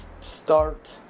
start